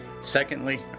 Secondly